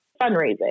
fundraising